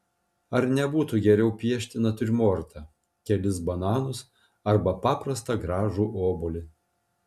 ar nebūtų geriau piešti natiurmortą kelis bananus arba paprastą gražų obuolį